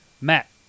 Matt